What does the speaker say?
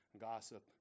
gossip